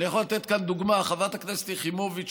אני יכול לתת כאן דוגמה: חברת הכנסת יחימוביץ,